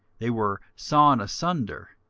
they were sawn asunder,